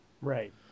Right